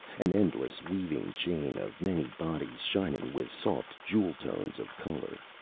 an endless weaving chain of many bodies shining with soft jewel tones of color.